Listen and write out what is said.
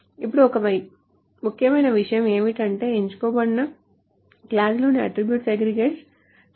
ఇప్పుడు ఒక ముఖ్యమైన విషయం ఏమిటంటే ఎంచుకోబడిన క్లాజ్లోని అట్ట్రిబ్యూట్స్ అగ్రిగేట్ చేయబడవు